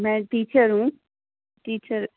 میں ٹیچر ہوں ٹیچر